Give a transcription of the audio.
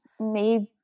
made